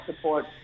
support